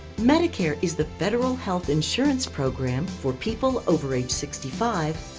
medicare is the federal health insurance program for people over age sixty five,